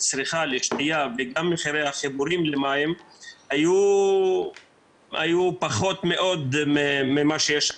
לצריכה לשתייה וגם מחירי החיבורים למים היו פחות ממה שהם היום.